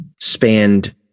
spanned